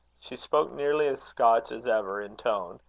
she spoke nearly as scotch as ever in tone,